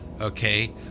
okay